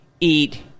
eat